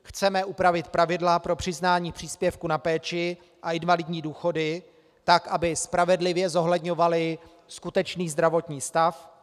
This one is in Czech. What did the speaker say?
Chceme upravit pravidla pro přiznání příspěvku na péči a invalidní důchody tak, aby spravedlivě zohledňovaly skutečný zdravotní stav.